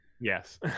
Yes